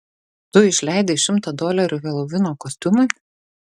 tu išleidai šimtą dolerių helovino kostiumui